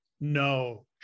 No